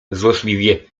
złośliwie